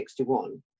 1961